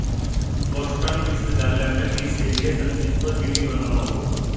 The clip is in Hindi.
बोस्टन विश्वविद्यालय में फीस के लिए संचित को डी.डी बनवाना होगा